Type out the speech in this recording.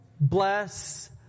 bless